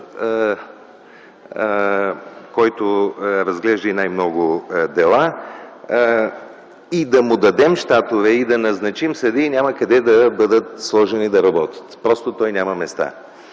който разглежда и най-много дела, и да му дадем щатове, и да назначим съдии, те няма къде да бъдат сложени, за да работят. Просто той няма места.